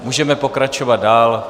Můžeme pokračovat dále.